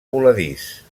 voladís